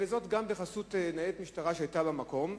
וזאת גם בחסות ניידת משטרה, שהיתה במקום.